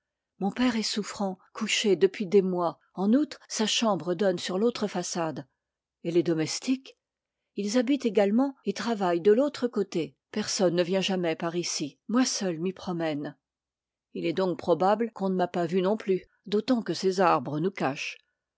mon père est souffrant couché depuis des mois en outre sa chambre donne sur l'autre façade et les domestiques ils habitent également et travaillent de l'autre côté personne ne vient jamais par ici moi seule m'y promène il est donc probable qu'on ne m'a pas vu non plus d'autant que ces arbres nous cachent